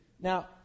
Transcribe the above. Now